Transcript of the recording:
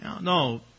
No